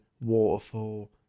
waterfall